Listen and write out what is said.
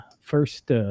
first –